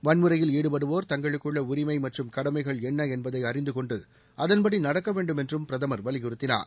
வன்முறையில் ஈடுபடுவோர் தங்களுக்குள்ள உரிமை மற்றும் கடமைகள் என்ன என்பதை அறிந்து கொண்டு அதன்படி நடக்க வேண்டும் என்றும் பிரதமர் வலியுறுத்தினார்